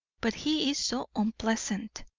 but he is so unpleasant.